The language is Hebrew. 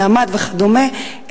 "נעמת" וכדומה,